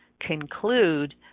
conclude